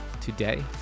today